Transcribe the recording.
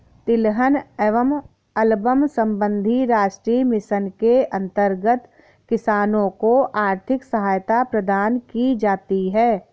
तिलहन एवं एल्बम संबंधी राष्ट्रीय मिशन के अंतर्गत किसानों को आर्थिक सहायता प्रदान की जाती है